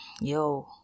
yo